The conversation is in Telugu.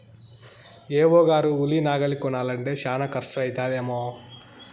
ఏ.ఓ గారు ఉలి నాగలి కొనాలంటే శానా కర్సు అయితదేమో